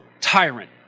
tyrant